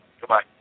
Goodbye